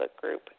group